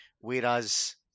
Whereas